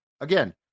again